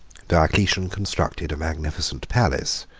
diocletian constructed a magnificent palace,